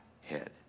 head